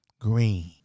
green